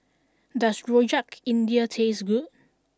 does Rojak India taste good